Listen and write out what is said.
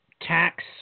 tax